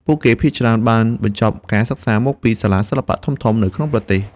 ពួកគេភាគច្រើនបានបញ្ចប់ការសិក្សាមកពីសាលាសិល្បៈធំៗនៅក្នុងប្រទេស។